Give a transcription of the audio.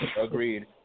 Agreed